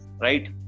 right